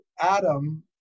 Adam